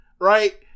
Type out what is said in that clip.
right